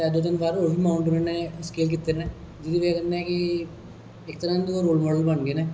ते दो तिन बार और बी माउटैंन उनें स्किल कीते दे ना जेहदी बजह कन्नै कि इक तरह कन्नै ओह् साढ़े रोल माॅडल बनगे ना